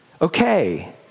okay